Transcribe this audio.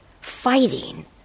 fighting